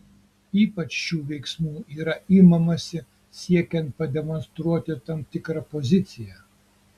ypač šių veiksmų yra imamasi siekiant pademonstruoti tam tikrą poziciją